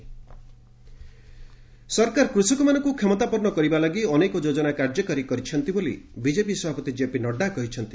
ଗଭ୍ farmers ସରକାର କୃଷକମାନଙ୍କୁ କ୍ଷମତାପନ୍ନ କରିବା ଲାଗି ଅନେକ ଯୋଜନା କାର୍ଯ୍ୟକାରୀ କରିଛନ୍ତି ବୋଲି ବିଜେପି ସଭାପତି ଜେପି ନଡ୍ରା କହିଛନ୍ତି